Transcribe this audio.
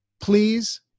Please